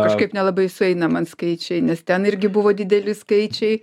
kažkaip nelabai sueina man skaičiai nes ten irgi buvo dideli skaičiai